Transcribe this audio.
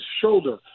shoulder